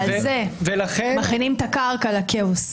הם מכינים את הקרקע לכאוס.